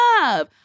love